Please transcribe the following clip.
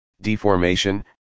deformation